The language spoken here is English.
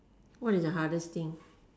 what is the hardest thing